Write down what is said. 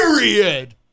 period